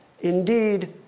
Indeed